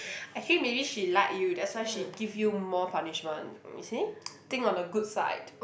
actually maybe she like you that's why she give you more punishment you see think of the good side